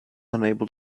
unable